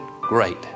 Great